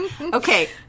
Okay